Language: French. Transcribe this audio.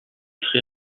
très